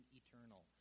eternal